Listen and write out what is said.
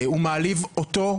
הוא מעליב אותו,